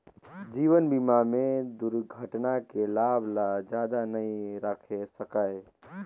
जीवन बीमा में दुरघटना के लाभ ल जादा नई राखे सकाये